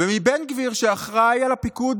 ומבן גביר, שאחראי על הפיקוד